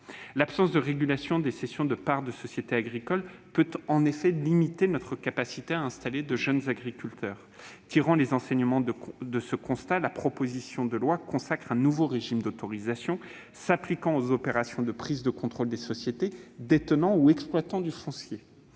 L'absence de régulation des cessions de parts de sociétés agricoles peut en effet limiter notre capacité à favoriser l'installation de jeunes agriculteurs. Sur le fondement de ce constat, la proposition de loi consacre un nouveau régime d'autorisation s'appliquant aux opérations de prise de contrôle des sociétés détenant ou exploitant du foncier.